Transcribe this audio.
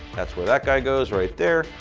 that's where that guy goes, right there.